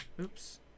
oops